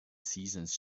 seasons